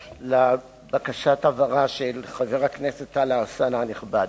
אני רוצה להתייחס לבקשת ההבהרה של חבר הכנסת טלב אלסאנע הנכבד.